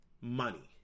money